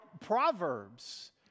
proverbs